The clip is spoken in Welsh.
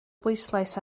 bwyslais